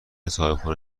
صاحبخونه